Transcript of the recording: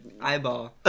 eyeball